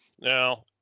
Now